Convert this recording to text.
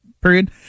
period